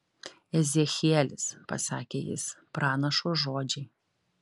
ezechielis pasakė jis pranašo žodžiai